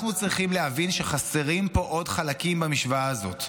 אנחנו צריכים להבין שחסרים פה עוד חלקים במשוואה הזאת.